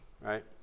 right